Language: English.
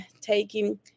taking